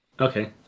okay